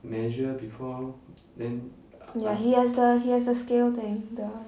ya he has the he has the scale thing the